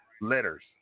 letters